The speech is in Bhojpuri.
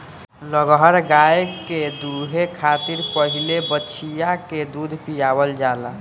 लगहर गाय के दूहे खातिर पहिले बछिया के दूध पियावल जाला